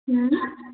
हँ